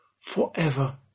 forever